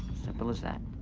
simple as that.